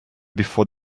before